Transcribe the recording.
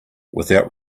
without